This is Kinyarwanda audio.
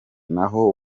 n’aho